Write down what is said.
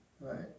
right